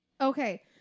okay